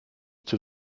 zur